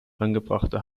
angebrachte